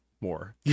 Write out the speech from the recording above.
more